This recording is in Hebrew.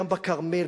גם בכרמל,